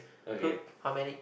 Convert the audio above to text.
who how many